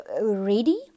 ready